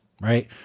right